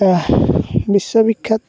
বিশ্ববিখ্যাত